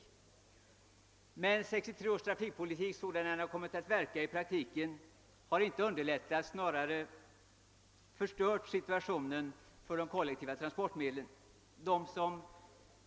1963 års trafikpolitik sådan den kommit att verka har emellertid inte underlättat utan snarare försämrat situationen för de kollektiva transportmedlen.